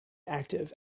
active